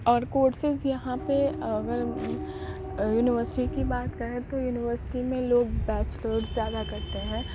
اور کورسز یہاں پہ اگر یونیورسٹی کی بات کریں تو یونیورسٹی میں لوگ بیچلرز زیادہ کرتے ہیں